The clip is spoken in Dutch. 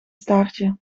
staartje